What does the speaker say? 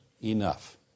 enough